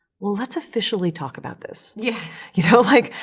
well, let's officially talk about this. yes. you know? like,